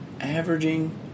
Averaging